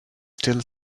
still